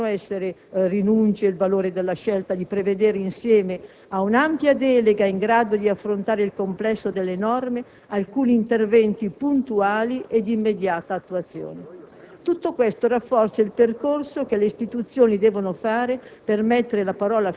Servono norme più forti e nette. Non vi possono essere rinunce al valore della scelta di prevedere, insieme a un'ampia delega in grado di affrontare il complesso delle norme, alcuni interventi puntuali e di immediata attuazione.